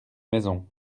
maison